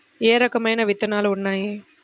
ఏ రకమైన విత్తనాలు ఉన్నాయి?